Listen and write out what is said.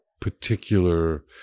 particular